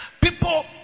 People